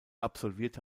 absolvierte